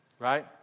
right